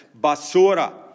basura